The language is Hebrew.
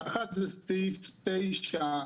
האחת זה סעיף תשע,